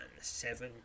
seven